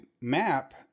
map